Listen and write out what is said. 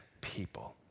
people